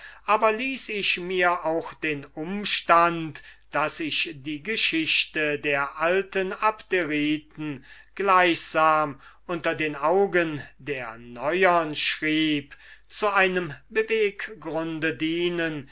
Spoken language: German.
aber ließ ich mir auch den umstand daß ich die geschichte der alten abderiten gleichsam unter den augen der neuern schrieb zu einem beweggrund dienen